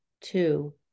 two